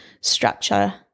structure